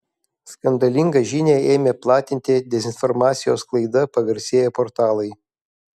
skandalingą žinią ėmė platinti dezinformacijos sklaida pagarsėję portalai